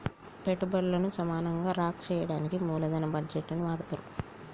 పెట్టుబల్లను సమానంగా రాంక్ చెయ్యడానికి మూలదన బడ్జేట్లని వాడతరు